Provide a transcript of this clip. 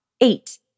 Eight